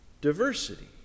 diversity